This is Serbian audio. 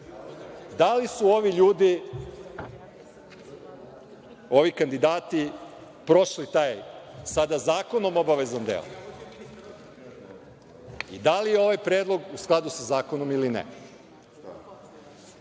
da li su ovi ljudi, ovi kandidati prošli sada taj zakonom obavezan deo i da li je ovaj predlog u skladu sa zakonom ili ne? Sve